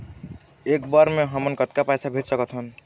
एक बर मे हमन कतका पैसा भेज सकत हन?